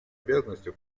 обязанностью